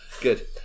good